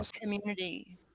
community